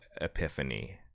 epiphany